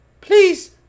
Please